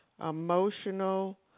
emotional